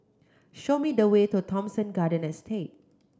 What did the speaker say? show me the way to Thomson Garden Estate